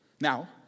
Now